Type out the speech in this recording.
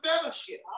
fellowship